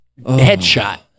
headshot